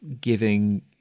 giving